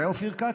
זה היה אופיר כץ,